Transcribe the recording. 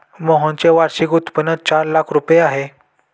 मोहनचे वार्षिक उत्पन्न चार लाख रुपये आहे